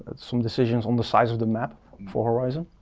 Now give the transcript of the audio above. but some decisions on the size of the map for horizon.